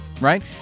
right